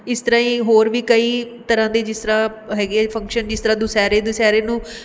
ਇਸ ਤਰ੍ਹਾਂ ਹੀ ਹੋਰ ਵੀ ਕਈ ਤਰ੍ਹਾਂ ਦੇ ਜਿਸ ਤਰ੍ਹਾਂ ਹੈਗੇ ਹੈ ਫੰਕਸ਼ਨ ਜਿਸ ਤਰ੍ਹਾਂ ਦੁਸ਼ਹਿਰੇ ਦੁਸ਼ਹਿਰੇ ਨੂੰ